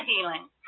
healing